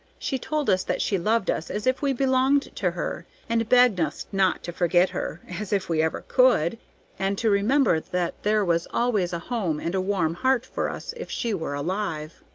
she told us that she loved us as if we belonged to her, and begged us not to forget her as if we ever could and to remember that there was always a home and a warm heart for us if she were alive.